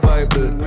Bible